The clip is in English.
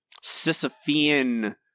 Sisyphean